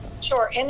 Sure